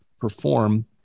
perform